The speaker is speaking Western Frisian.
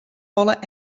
wolle